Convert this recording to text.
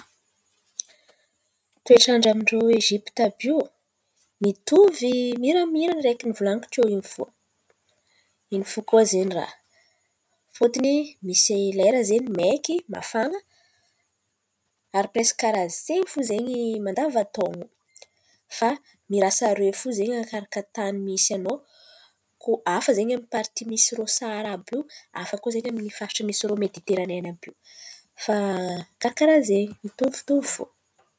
Toetrandran-drô Ezipta àby io, mitovy mira- miran̈a araiky volan̈iko tio in̈y fo koa zen̈y raha. Fôtony misy lera zen̈y maiky, mafana, ary presky karàha zen̈y fo mandava-taon̈o. Fa mirasa aroe fô ze arakaraka tan̈y misy anao. Koa hafa zen̈y amin'ny party misy Saharaha àby io, hafa koa zen̈y misy irô mediterane àby io. Fa karàkaràha zen̈y, mitovitovy fo.